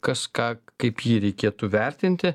kas ką kaip jį reikėtų vertinti